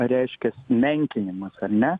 reiškias menkinimas ar ne